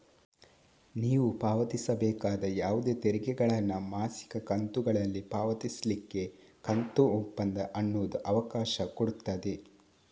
ನೀವು ಪಾವತಿಸಬೇಕಾದ ಯಾವುದೇ ತೆರಿಗೆಗಳನ್ನ ಮಾಸಿಕ ಕಂತುಗಳಲ್ಲಿ ಪಾವತಿಸ್ಲಿಕ್ಕೆ ಕಂತು ಒಪ್ಪಂದ ಅನ್ನುದು ಅವಕಾಶ ಕೊಡ್ತದೆ